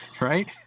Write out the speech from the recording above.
right